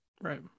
right